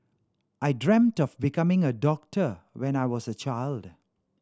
I dreamt of becoming a doctor when I was a child